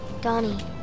Donnie